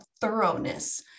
thoroughness